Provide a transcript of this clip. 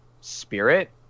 spirit